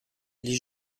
les